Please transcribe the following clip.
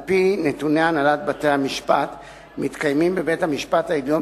על-פי נתוני הנהלת בתי-המשפט מתקיימים בבית-המשפט העליון